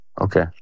Okay